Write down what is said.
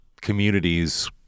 communities